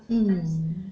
mm